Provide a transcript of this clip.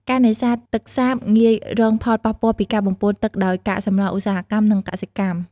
ការនេសាទទឹកសាបងាយរងផលប៉ះពាល់ពីការបំពុលទឹកដោយកាកសំណល់ឧស្សាហកម្ម និងកសិកម្ម។